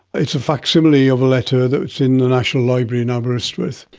it's a facsimile of a letter that's in the national library in aberystwyth.